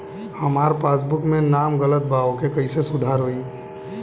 हमार पासबुक मे नाम गलत बा ओके कैसे सुधार होई?